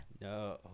No